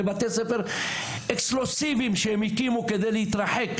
בבתי ספר אקסקלוסיביים שהם הקימו כדי להתרחק,